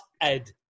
Ed